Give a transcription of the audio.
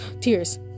tears